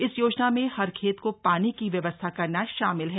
इस योजना में हर खेत को पानी की व्यवस्था करना शामिल है